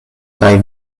kaj